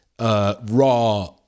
raw